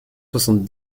soixante